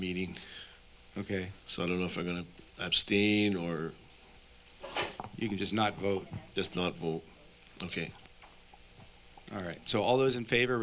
meeting ok so i don't know if i'm going to abstain or you can just not vote just not ok all right so all those in favor